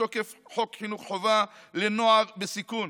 מתוקף חוק חינוך חובה לנוער בסיכון,